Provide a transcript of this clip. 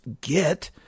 get